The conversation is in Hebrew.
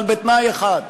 אבל בתנאי אחד: